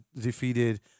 defeated